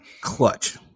Clutch